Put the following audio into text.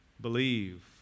believe